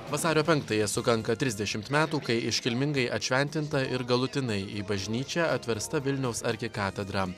vasario penktąją sukanka trisdešimt metų kai iškilmingai atšventinta ir galutinai į bažnyčią atversta vilniaus arkikatedra